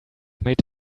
made